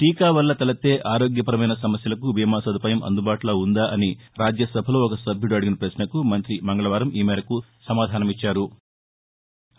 టీకా వల్ల తలెత్తే ఆరోగ్యపరమైన సమస్యలకు బీమా సదుపాయం అందుబాటులో ఉందా అని రాజ్యసభలో ఒక సభ్యుడు అడిగిన పశ్చకు మంత్రి మంగళవారం ఈ మేరకు సమాధాసమిచ్చారు